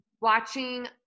watching